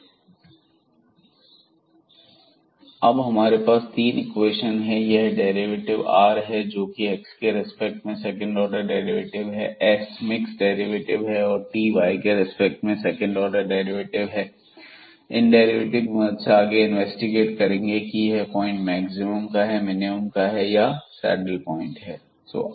1 20y2 16x2 128x2y232y4 अब हमारे पास तीन इक्वेशन हैं यह डेरिवेटिव r है जो कि x के रेस्पेक्ट में सेकंड ऑर्डर डेरिवेटिव है s मिक्स डेरिवेटिव है और t y के रिस्पेक्ट में सेकंड ऑर्डर डेरिवेटिव है इन डेरिवेटिव की मदद से हम आगे इन्वेस्टिगेट करेंगे कि यह पॉइंट मैक्सिमम का है या मिनिमम का है या सैडल पॉइंट है